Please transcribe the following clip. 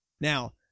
Now